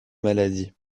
maladies